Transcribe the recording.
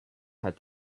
had